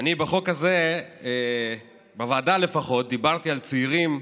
בחוק הזה, בוועדה לפחות, דיברתי על צעירים,